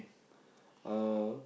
uh